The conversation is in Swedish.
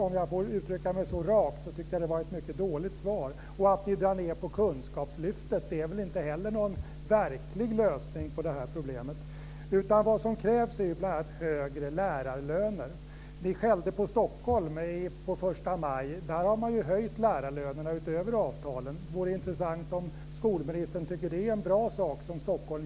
Om jag får uttrycka mig rakt, så tycker jag att det var ett mycket dåligt svar. Att ni drar ned på Kunskapslyftet är väl inte heller någon verklig lösning på det här problemet. Vad som krävs är ju bl.a. högre lärarlöner. Ni skällde på Stockholm på första maj. Där har man ju höjt lärarlönerna utöver avtalen. Det vore intressant att höra om skolministern tycker att det är en bra sak som man gör i Stockholm.